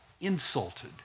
insulted